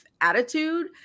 attitude